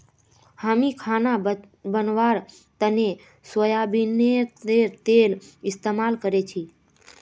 हामी खाना बनव्वार तने सोयाबीनेर तेल इस्तेमाल करछी